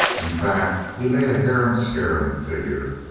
in fact he made a harum-scarum figure.